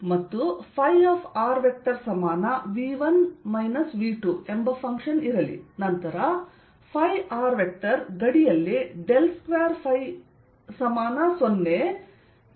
ಮತ್ತು rV1 V2 ಎಂಬ function ಇರಲಿ ನಂತರ ϕr ಗಡಿಯಲ್ಲಿ 2∅0 ಮತ್ತು ϕ0 ಅನ್ನು ಪೂರೈಸುತ್ತದೆ